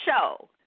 show